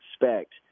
expect